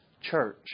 church